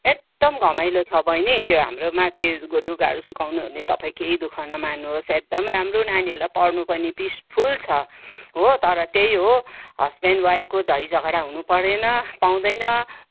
एकदम घमाइलो छ बहिनी त्यो हाम्रो माथि लु लुगाहरू सुकाउनु ओर्ने तपाईँ केही दुःख नमान्नु होस् एकदम राम्रो नानीहरूलाई पढ्नु पनि पिस फुल छ हो तर त्यही हो हस्बेन्ड वाइफको झैँ झगडा हुनु परेन पाउँदैन